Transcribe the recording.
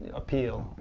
appeal.